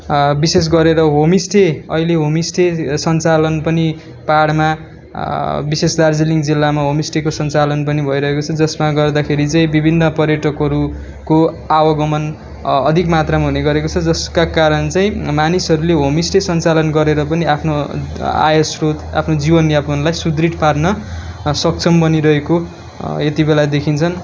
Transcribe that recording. विशेष गरेर होमस्टे अहिले होमस्टे सञ्चालन पनि पाहाडमा विशेष दार्जिलिङ जिल्लामा होमस्टेको सञ्चालन पनि भइरहेको छ जसमा गर्दाखेरि चाहिँ विभिन्न पर्यटकहरूको आवागमन अधिक मात्रामा हुने गरेको छ जसका कारण चाहिँ मानिसहरूले होमस्टे सञ्चालन गरेर पनि आफ्नो आयस्रोत आफ्नो जीवनयापनलाई सुदृढ पार्न सक्षम बनिरहेको यति बेला देखिन्छन्